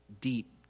deep